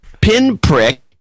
pinprick